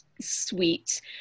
sweet